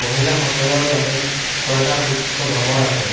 মহিলাসকলৰ বাবে ছটা মুখ্য ভ্ৰমণ আছে